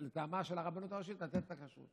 לטעמה של הרבנות הראשית לתת את הכשרות?